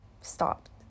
stopped